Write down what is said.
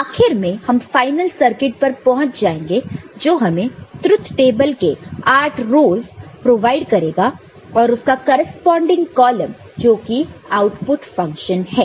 और आखिर में हम फाइनल सर्किट पर पहुंच जाएंगे जो हमें ट्रुथ टेबल के 8 रोस प्रोवाइड करेगा और उसका करेस्पॉन्डिंग कॉलम जो कि आउटपुट फंक्शन है